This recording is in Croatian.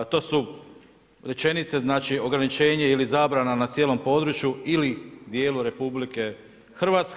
To su rečenice, znači, ograničenje ili zabrana na cijelom području ili dijelu RH.